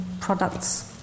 products